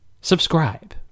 subscribe